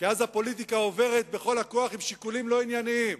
כי אז הפוליטיקה עוברת בכל הכוח עם שיקולים לא ענייניים.